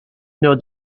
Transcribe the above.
know